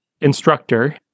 instructor